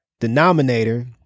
denominator